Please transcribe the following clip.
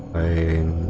a